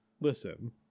Listen